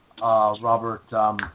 Robert